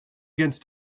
against